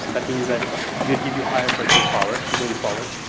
that means that it can give you higher purchase power going forward.